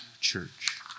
church